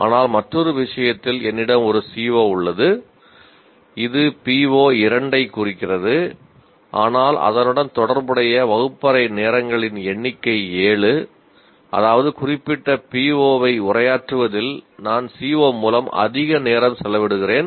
ஆனால் மற்றொரு விஷயத்தில் என்னிடம் ஒரு CO உள்ளது இது PO 2 ஐக் குறிக்கிறது ஆனால் அதனுடன் தொடர்புடைய வகுப்பறை நேரங்களின் எண்ணிக்கை 7 அதாவது குறிப்பிட்ட POவை உரையாற்றுவதில் நான் CO மூலம் அதிக நேரம் செலவிடுகிறேன்